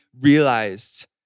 realized